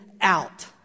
out